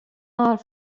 har